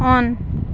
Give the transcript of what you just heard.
on